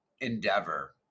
endeavor